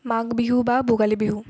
মাঘ বিহু বা ভোগালী বিহু